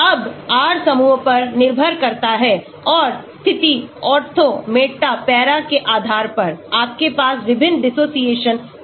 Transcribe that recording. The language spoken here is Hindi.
अब R समूह पर निर्भर करता है और स्थिति ऑर्थो मेटा पैरा के आधार पर आपके पास विभिन्न dissociation constant हो सकते हैं